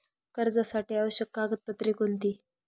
कर्जासाठी आवश्यक कागदपत्रे कोणती?